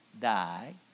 die